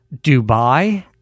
Dubai